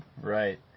Right